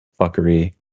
fuckery